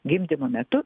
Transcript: gimdymo metu